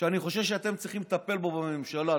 שאני חושב שאתם צריכים לטפל בו בממשלה.